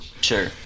Sure